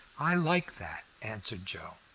i like that, answered joe.